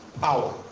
power